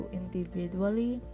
individually